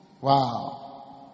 Wow